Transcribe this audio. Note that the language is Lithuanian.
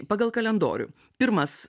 pagal kalendorių pirmas